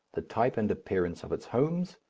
the type and appearance of its homes,